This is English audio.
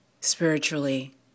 spiritually